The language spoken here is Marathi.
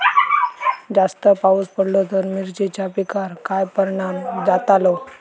जास्त पाऊस पडलो तर मिरचीच्या पिकार काय परणाम जतालो?